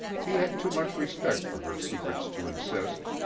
he had too much respect for her secrets to insist.